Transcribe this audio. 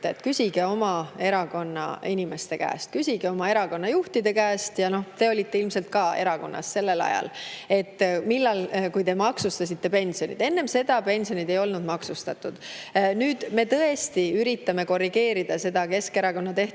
Küsige oma erakonna inimeste käest, küsige oma erakonna juhtide käest. Te olite ilmselt ka erakonnas sellel ajal, kui te maksustasite pensionid. Varem pensionid ei olnud maksustatud. Me tõesti üritame korrigeerida seda Keskerakonna tehtud